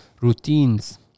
routines